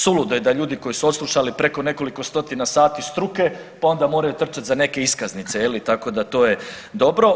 Suludo je da ljudi koji su odslušali preko nekoliko stotina sati struke pa onda moraju trčati za neke iskaznice, tako da to je dobro.